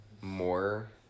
more